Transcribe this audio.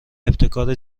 ابتکار